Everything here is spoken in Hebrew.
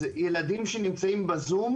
ילדים שנמצאים בזום,